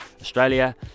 australia